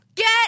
Get